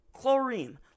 chlorine